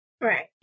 Right